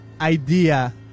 idea